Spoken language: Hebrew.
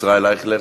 ישראל אייכלר,